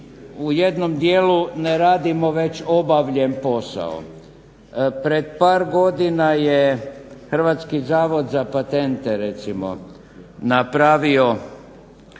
u jednom dijelu ne radimo već obavljen posao. Pred par godina je Hrvatski zavod za patente recimo napravio